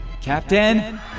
Captain